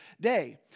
day